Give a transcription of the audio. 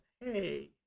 Hey